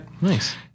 Nice